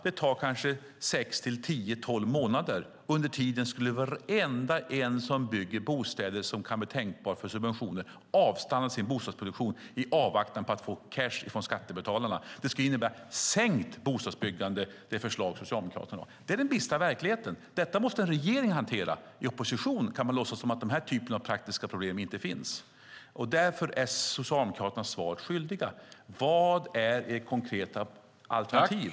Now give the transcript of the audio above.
Det skulle ta sex till tolv månader, och under tiden skulle varenda en som bygger bostäder och som kunde bli tänkbar för subventioner avstanna med bostadsproduktionen i avvaktan på att få cash från skattebetalarna. Det förslaget från Socialdemokraterna skulle innebära minskat bostadsbyggande. Det är den bistra verkligheten. Det måste en regering hantera. I opposition kan man låtsas som om den här typen av praktiska problem inte finns. Därför är Socialdemokraterna svaret skyldiga. Vad är ert konkreta alternativ?